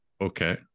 Okay